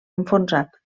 enfonsat